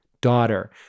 daughter